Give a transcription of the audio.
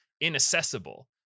inaccessible